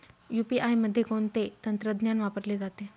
UPI मध्ये कोणते तंत्रज्ञान वापरले जाते?